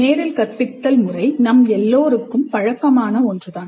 இந்த முறை நம் எல்லோருக்கும் பழக்கமான ஒன்றுதான்